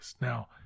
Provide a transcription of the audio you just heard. Now